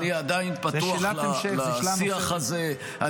אני עדיין פתוח לשיח הזה.